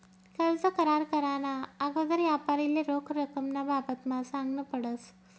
कर्ज करार कराना आगोदर यापारीले रोख रकमना बाबतमा सांगनं पडस